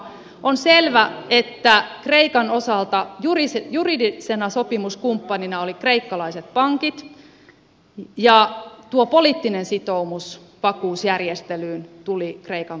on selvä että kreikan osalta juridisena sopimuskumppanina oli kreikkalaiset pankit ja tuo poliittinen sitoumus vakuusjärjestelyyn tuli kreikan valtiolta